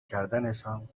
کردنشان